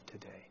today